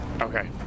Okay